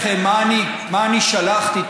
אז אני רוצה להקריא לכם מה שלחתי,